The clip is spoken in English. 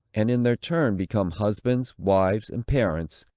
and in their turn become husbands, wives and parents,